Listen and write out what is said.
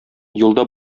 юлда